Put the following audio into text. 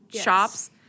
shops